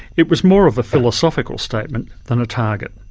it was more of a philosophical statement than a target.